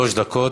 שלוש דקות.